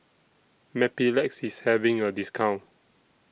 Mepilex IS having A discount